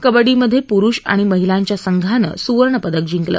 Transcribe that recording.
कबड्डीमध्ये पुरुष आणि महिलांच्या संघानं सुवर्ण पदक जिंकलं